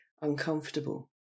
uncomfortable